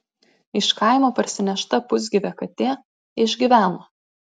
iš kaimo parsinešta pusgyvė katė išgyveno